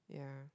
yeah